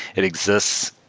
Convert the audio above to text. it exists,